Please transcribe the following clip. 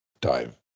dive